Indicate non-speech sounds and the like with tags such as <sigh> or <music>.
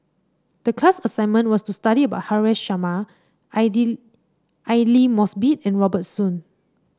the class assignment was to study about Haresh Sharma <unintelligible> Aidli Mosbit and Robert Soon